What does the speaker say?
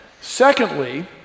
Secondly